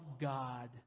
God